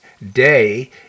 day